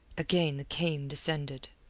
again the cane descended.